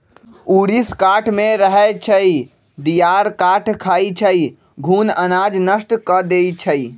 ऊरीस काठमे रहै छइ, दियार काठ खाई छइ, घुन अनाज नष्ट कऽ देइ छइ